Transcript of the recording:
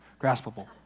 graspable